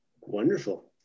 Wonderful